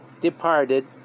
departed